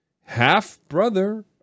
half-brother